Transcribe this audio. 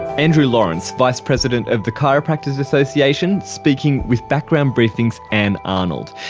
andrew lawrence, vice president of the chiropractors association, speaking with background briefing's ann arnold.